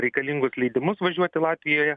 reikalingus leidimus važiuoti latvijoje